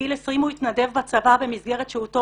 בגיל 20 הוא התנדב בצבא במסגרת שהותו